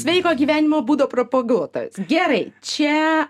sveiko gyvenimo būdo propaguotojas gerai čia